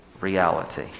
reality